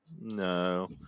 No